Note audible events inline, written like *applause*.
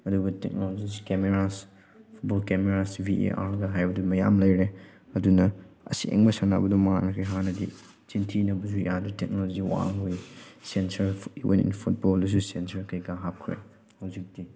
ꯑꯗꯨꯕꯨ technologies cameras football cameras V A ꯑꯥꯔꯒ ꯍꯥꯏꯕꯗꯨ ꯃꯌꯥꯝ ꯂꯩꯔꯦ ꯑꯗꯨꯅ ꯑꯁꯦꯡꯕ ꯁꯥꯟꯅꯕꯗꯨ ꯃꯥꯟꯈ꯭ꯔꯦ ꯍꯥꯟꯅꯗꯤ ꯆꯤꯟ ꯊꯤꯅꯕꯁꯨ ꯌꯥꯗ꯭ꯔꯦ ꯇꯦꯛꯅꯣꯂꯣꯖꯤ ꯋꯥꯡꯕꯒꯤ ꯁꯦꯟꯁꯔ *unintelligible* ꯐꯨꯠꯕꯣꯜꯗꯁꯨ ꯁꯦꯟꯁꯔ ꯀꯩꯀꯥ ꯍꯥꯞꯈ꯭ꯔꯦ ꯍꯧꯖꯤꯛꯇꯤ